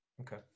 Okay